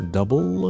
Double